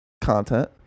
content